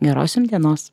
geros jum dienos